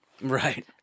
right